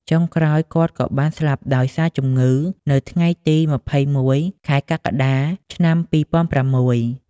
ចុងក្រោយគាត់ក៏បានស្លាប់ដោយ សារជំងឺនៅថ្ងៃទី២១ ខែកក្កដា ឆ្នាំ២០០៦។